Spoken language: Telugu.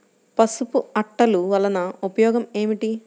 పసుపు అట్టలు వలన ఉపయోగం ఏమిటి?